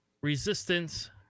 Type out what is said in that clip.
Resistance